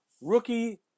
Rookie